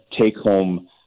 take-home